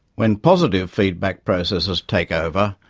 when positive feedback processes take over,